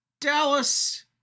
Dallas